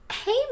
Hey